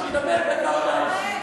שידבר דקה.